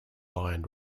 lion